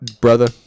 Brother